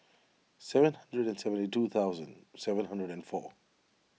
seven hundred and seventy two thousand seven hundred and four